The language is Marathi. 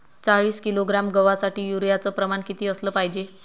चाळीस किलोग्रॅम गवासाठी यूरिया च प्रमान किती असलं पायजे?